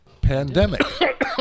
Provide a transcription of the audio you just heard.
Pandemic